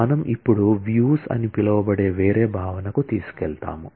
మనము ఇప్పుడు వ్యూస్ అని పిలువబడే వేరే భావనకు తీసుకెళ్తాము